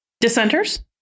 dissenters